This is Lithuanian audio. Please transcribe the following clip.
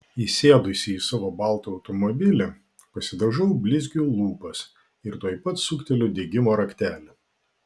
įsėdusi į savo baltą automobilį pasidažau blizgiu lūpas ir tuoj pat sukteliu degimo raktelį